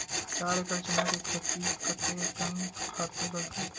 चार एकड़ चना के खेती कतेकन खातु लगही?